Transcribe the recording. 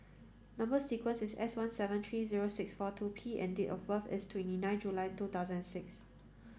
number sequence is S one seven three zero six four two P and date of birth is twenty nine July two thousand six